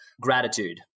gratitude